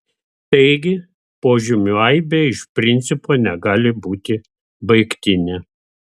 taigi požymių aibė iš principo negali būti baigtinė